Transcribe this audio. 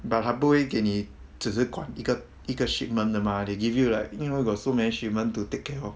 but 它不会给你只是管一个一个 shipment 的吗 they give you like 因为 got so many shipment to take care of